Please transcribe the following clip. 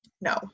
no